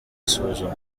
isuzuma